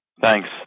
Thanks